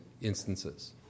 instances